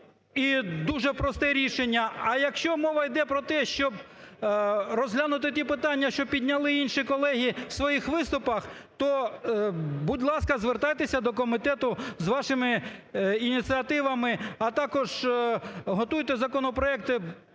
дуже просте рішення. А якщо мова йде про те, щоб розглянути ті питання, що підняли інші колеги в своїх виступах, то, будь ласка, звертайтеся до комітету з вашими ініціативами, а також готуйте законопроекти.